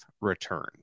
return